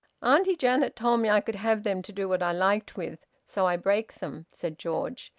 auntie janet told me i could have them to do what i liked with. so i break them, said george,